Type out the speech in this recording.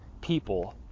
people